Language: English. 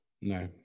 No